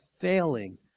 failing